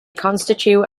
constitute